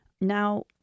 Now